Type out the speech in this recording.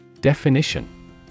Definition